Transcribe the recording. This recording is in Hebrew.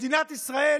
מדינת ישראל